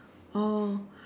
oh